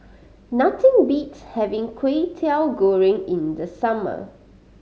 nothing beats having Kway Teow Goreng in the summer